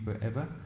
forever